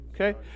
Okay